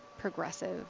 progressive